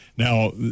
Now